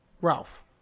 Ralph